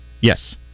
Yes